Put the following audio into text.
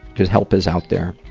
cuz help is out there.